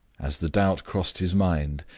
as the doubt crossed his mind,